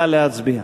נא להצביע.